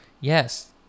Yes